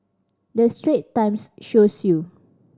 the Straits Times shows you